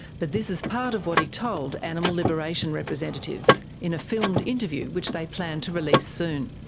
but this is part of what he told animal liberation representatives in a filmed interview, which they plan to release soon.